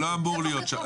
זה לא אמור להיות שם.